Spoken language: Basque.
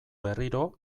berriro